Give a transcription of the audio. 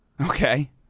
Okay